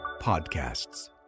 podcasts